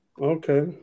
Okay